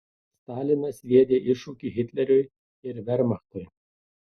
stalinas sviedė iššūkį hitleriui ir vermachtui